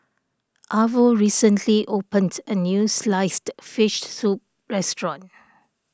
Arvo recently opened a new Sliced Fish Soup restaurant